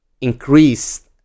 increase